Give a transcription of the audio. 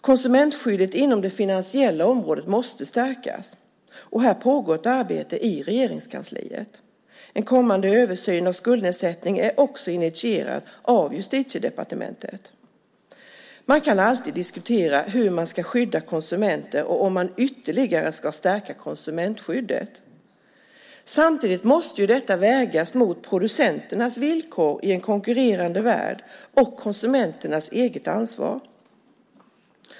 Konsumentskyddet inom det finansiella området måste stärkas, och här pågår ett arbete i Regeringskansliet. En kommande översyn av skuldnedsättning är också initierad av Justitiedepartementet. Man kan alltid diskutera hur man ska skydda konsumenter och om man ytterligare ska stärka konsumentskyddet. Samtidigt måste detta vägas mot producenternas villkor i en konkurrerande värld och konsumenternas eget ansvar.